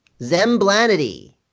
Zemblanity